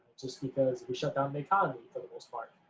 just because we shut down the economy, for the most part.